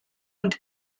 und